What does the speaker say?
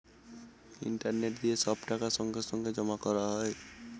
internet দিয়ে সব টাকা সঙ্গে সঙ্গে জমা করা হয়